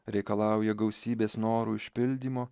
reikalauja gausybės norų išpildymo